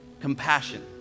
compassion